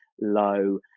low